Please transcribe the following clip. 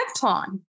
time